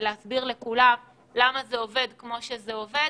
ולהסביר לכולם למה זה עובד כמו שזה עובד.